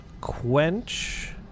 quench